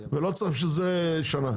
ולא צריך בשביל זה שנה,